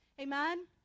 Amen